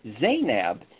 Zainab